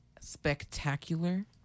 spectacular